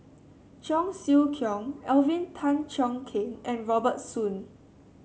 Cheong Siew Keong Alvin Tan Cheong Kheng and Robert Soon